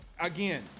again